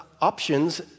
options